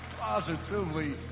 positively